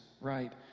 right